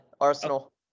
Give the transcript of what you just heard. arsenal